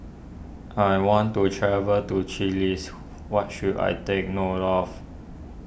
I want to travel to Chiles what should I take note of